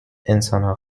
انسانها